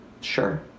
Sure